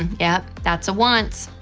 yep, that's a want.